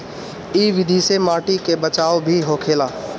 इ विधि से माटी के बचाव भी होखेला